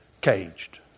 caged